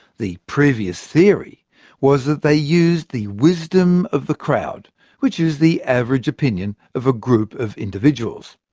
the previous theory was that they used the wisdom of the crowd which is the average opinion of a group of individuals.